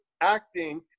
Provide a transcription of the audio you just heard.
acting